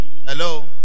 Hello